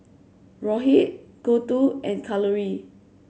Rohit Gouthu and Kalluri